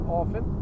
often